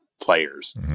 players